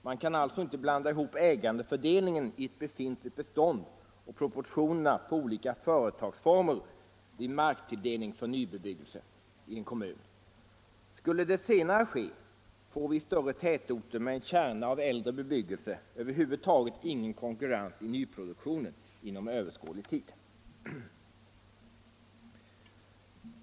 Man kan alltså inte blanda ihop ägarfördelningen i ett befintligt bestånd och proportionerna på olika företagsformer vid marktilldelning för nybebyggelse i en kommun. Skulle det senare ske får vi i större tätorter med en kärna av äldre bebyggelse över huvud taget ingen konkurrens i nyproduktionen inom överskådlig tid.